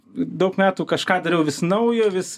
daug metų kažką dariau vis naujo vis